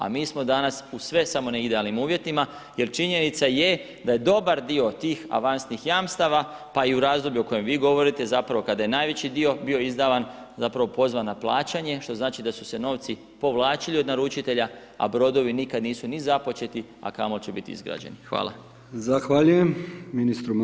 A mi smo danas u sve, samo ne idealnim uvjetima jer činjenica je da je dobar dio tih avansnih jamstava, pa i u razdoblju o kojem vi govorite, zapravo, kada je najveći dio bio izdavan, zapravo, pozvan na plaćanje, što znači da su se novci povlačili od naručitelja, a brodovi nikad nisu ni započeti, a kamoli će biti izgrađeni.